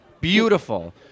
Beautiful